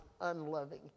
unloving